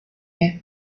air